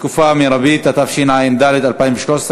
התקופה המרבית), התשע"ד 2013,